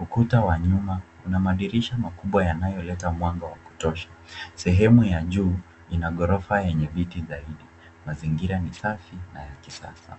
Ukuta wa nyuma una madirisha makubwa yanayoleta mwanga wa kutosha. Sehemu ya juu ina ghorofa yenye viti zaidi. Mazingira ni safi na ya kisasa.